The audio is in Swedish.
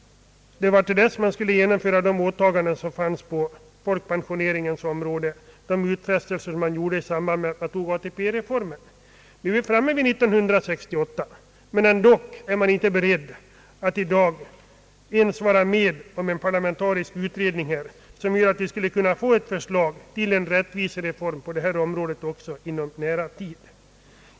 Det var då vi skulle genomföra de åtaganden på folkpensioneringens område, som gjordes i samband med att ATP-reformen beslöts. Nu är vi framme vid år 1968, men ändå är man inte beredd att i dag ens vara med om en parlamentarisk utredning som skulle kunna innebära att vi fick ett förslag till en rättvisereform också på detta område inom en nära tid.